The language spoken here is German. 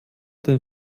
den